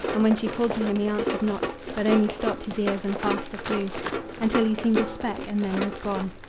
and when she called to him he answered not, but only stopped his ears and faster flew until he seemed a speck, and then was gone.